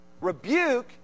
Rebuke